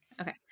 Okay